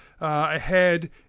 ahead